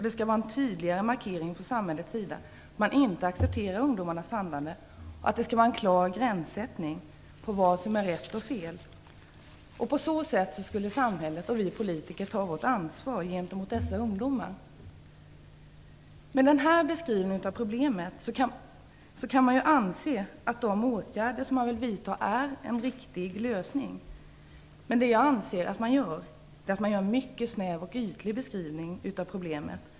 Det skall vara en tydligare markering från samhällets sida att man inte accepterar ungdomarnas handlande. Det skall vara en klar gräns mellan vad som är rätt och vad som är fel. På så sätt skulle samhället och politiker ta sitt ansvar gentemot dessa ungdomar. Med den här beskrivningen av problemet kan det anses att de åtgärder som man vill vidta är en riktig lösning. Men jag anser att man gör en mycket snäv och ytlig beskrivning av problemet.